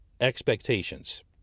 expectations